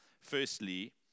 Firstly